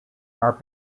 are